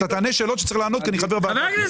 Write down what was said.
תענה שאלות שצריך לענות כי אני חבר ועדה.